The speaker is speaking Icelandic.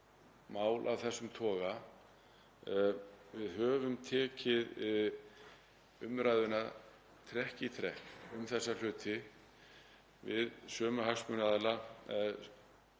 mál af þessum toga. Við höfum tekið umræðuna trekk í trekk um þessa hluti við sömu hagsmunaaðila.